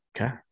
Okay